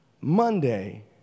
Monday